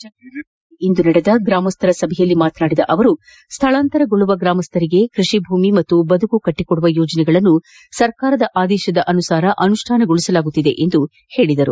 ಚಂಗಡಿ ಗ್ರಾಮದಲ್ಲಿಂದು ನಡೆದ ಗ್ರಾಮಸ್ಥರ ಸಭೆಯಲ್ಲಿ ಮಾತನಾಡಿದ ಅವರು ಸ್ಥಳಾಂತರಗೊಳ್ಳುವ ಗ್ರಾಮಸ್ಥರಿಗೆ ಕೃಷಿ ಭೂಮಿ ಹಾಗೂ ಬದುಕು ಕಟ್ಟಿಕೊಡುವ ಯೋಜನೆಗಳನ್ನು ಸರ್ಕಾರದ ಆದೇಶದ ಅನುಸಾರ ಅನುಷ್ಯಾನಗೊಳಿಸಲಾಗುತ್ತದೆ ಎಂದು ಹೇಳಿದರು